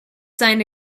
signed